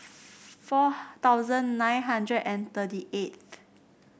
four thousand nine hundred and thirty eighth